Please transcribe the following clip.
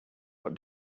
what